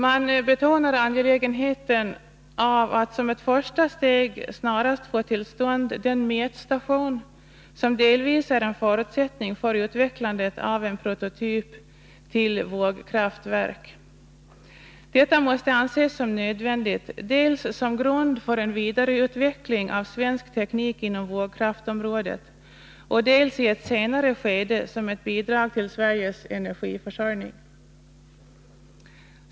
Man betonar angelägenheten av att som ett första steg snarast få till stånd den mätstation som delvis är en förutsättnng för utvecklandet av en prototyp till vågkraftverk. Detta måste anses som nödvändigt, dels som grund för en vidareutveckling av svensk teknik inom vågkraftområdet och dels i ett senare skede som ett bidrag till Sveriges energiförsörjning.